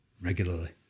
regularly